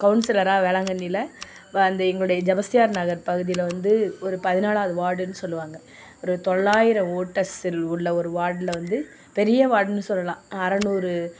கவுன்சிலராக வேளாங்கண்ணியில் அந்த எங்களுடைய ஜெபஸ்தியார் நகர் பகுதியில் வந்து ஒரு பதினாலாவது வார்டுன்னு சொல்வாங்க ஒரு தொள்ளாயிரம் ஓட்டு செல் உள்ள ஒரு வார்டில் வந்து பெரிய வார்டுன்னு சொல்லலாம் அறநூறு